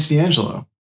D'Angelo